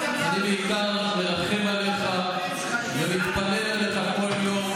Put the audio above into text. אני בעיקר מרחם עליך ומתפלל עליך כל יום.